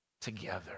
together